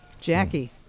Jackie